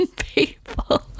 people